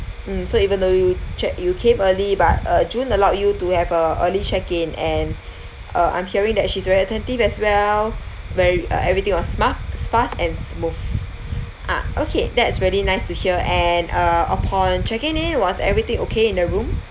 mm so even though you check you came early but uh june allowed you to have a early check-in and uh I'm hearing that she's very attentive as well ver~ uh everything was smar~ fast and smooth ah okay that's very nice to hear and uh upon checking in was everything okay in the room